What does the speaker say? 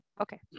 Okay